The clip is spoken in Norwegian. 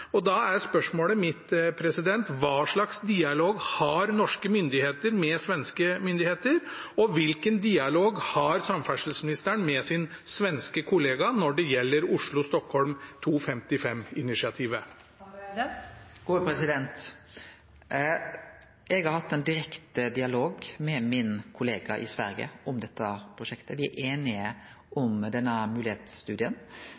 og da er spørsmålet mitt: Hva slags dialog har norske myndigheter med svenske myndigheter? Og hvilken dialog har samferdselsministeren med sin svenske kollega når det gjelder Oslo–Stockholm 2.55-initiativet? Eg har hatt ein direkte dialog med min kollega i Sverige om dette prosjektet. Me er